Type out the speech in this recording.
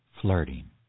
Flirting